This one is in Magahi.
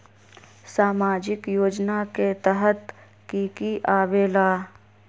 समाजिक योजना के तहद कि की आवे ला?